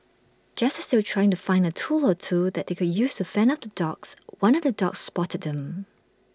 just as they were trying to find A tool or two that they could use to fend off the dogs one of the dogs spotted them